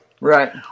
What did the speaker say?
Right